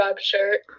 shirt